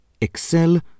excel